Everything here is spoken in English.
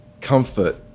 comfort